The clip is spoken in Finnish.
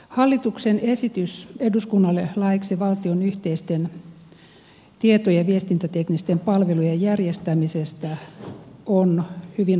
hallituksen esitys eduskunnalle laeiksi valtion yhteisten tieto ja viestintäteknisten palvelujen järjestämisestä on hyvin odotettu esitys